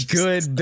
good